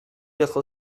quatre